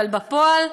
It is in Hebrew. אבל בפועל,